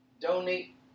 donate